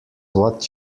what